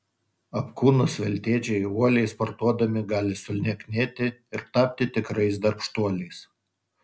apkūnūs veltėdžiai uoliai sportuodami gali sulieknėti ir tapti tikrais darbštuoliais